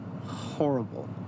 horrible